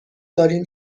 داریم